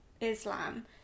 Islam